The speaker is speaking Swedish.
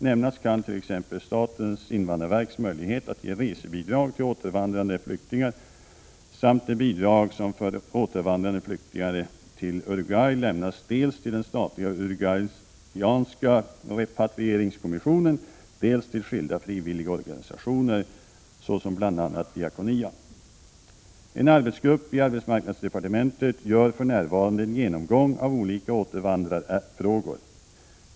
Nämnas kan t.ex. statens invandrarverks möjlighet att ge resebidrag till återvandrande flyktingar samt de bidrag som för återvandrande flyktingar till Uruguay lämnas dels till den statliga uruguyanska repatrieringskommissionen, dels till skilda frivilligorganisationer, såsom bl.a. DIAKONIA. En arbetsgrupp i arbetsmarknadsdepartementet gör för närvarande en genomgång av olika återvandrarfrågor.